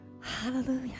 Hallelujah